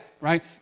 right